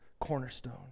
cornerstone